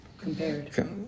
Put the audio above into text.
Compared